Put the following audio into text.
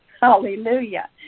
Hallelujah